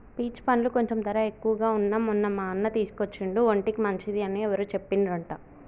peach పండ్లు కొంచెం ధర ఎక్కువగా వున్నా మొన్న మా అన్న తీసుకొచ్చిండు ఒంటికి మంచిది అని ఎవరో చెప్పిండ్రంట